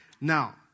Now